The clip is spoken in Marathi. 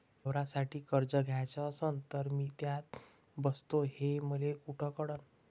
वावरासाठी कर्ज घ्याचं असन तर मी त्यात बसतो हे मले कुठ कळन?